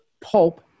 pulp